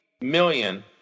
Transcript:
million